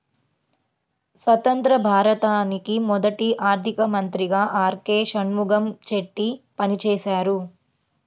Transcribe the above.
స్వతంత్య్ర భారతానికి మొదటి ఆర్థిక మంత్రిగా ఆర్.కె షణ్ముగం చెట్టి పనిచేసారు